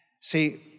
See